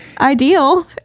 ideal